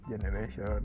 generation